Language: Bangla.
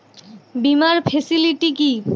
বীমার ফেসিলিটি কি?